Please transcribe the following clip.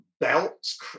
belts